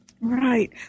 Right